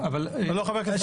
לא, לא.